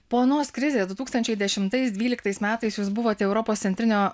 po anos krizės du tūkstančiai dešimtais dvyliktais metais jūs buvote europos centrinio